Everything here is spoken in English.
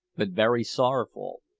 but very sorrowful.